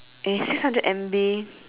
eh six hundred M_B